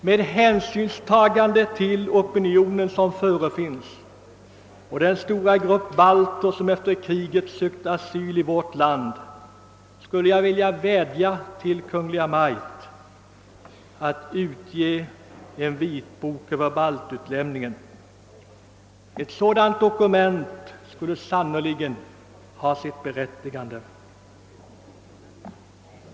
Med hänsynstagande till opinionen och den stora grupp balter som efter kriget sökte asyl i vårt land skulle jag vilja vädja till Kungl. Maj:t att utge en vitbok om baltutlämningen. Ett sådant dokument skulle sannerligen ha sitt berättigande.